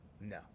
No